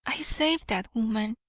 i saved that woman.